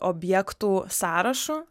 objektų sąrašu